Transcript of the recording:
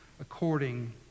according